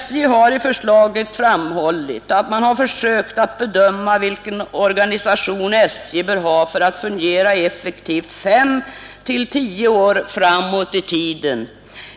SJ har i förslaget framhållit att man har försökt bedöma vilken organisation SJ bör ha för att fungera effektivt fem å tio år framåt i tiden.